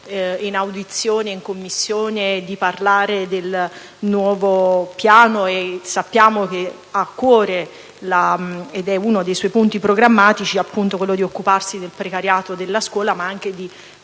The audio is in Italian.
in audizione in Commissione di parlare del nuovo piano, e sappiamo che ha a cuore - ed è uno dei suoi punti programmatici - il tema del precariato e della scuola, ma anche di